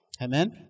Amen